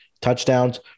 touchdowns